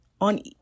on